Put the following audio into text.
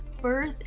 birth